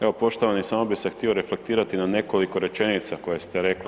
Evo, poštovani samo bih se htio reflektirati na nekoliko rečenica koje ste rekli.